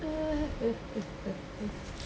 err